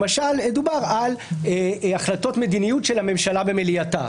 למשל דובר על החלטות מדיניות של הממשלה במליאתה,